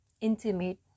intimate